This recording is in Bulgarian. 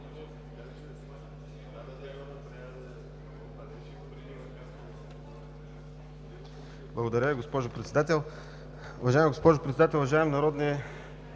Благодаря Ви, госпожо Председател. Уважаема госпожо Председател, уважаеми народни